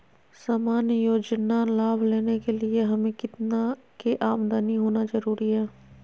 सामान्य योजना लाभ लेने के लिए हमें कितना के आमदनी होना जरूरी है?